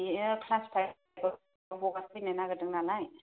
बियो class five आव हगारफैनो नागेरदों नालाय